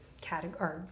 category